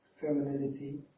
femininity